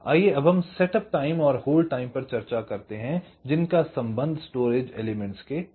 आइए अब हम सेटअप टाइम और होल्ड टाइम पर चर्चा करते हैं जिनका सम्बन्ध स्टोरेज एलिमेंट्स का साथ है